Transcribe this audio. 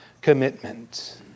commitment